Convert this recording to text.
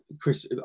Chris